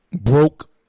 Broke